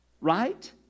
Right